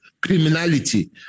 criminality